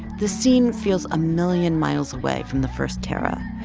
this scene feels a million miles away from the first tarra,